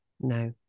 No